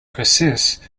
perseus